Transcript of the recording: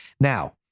Now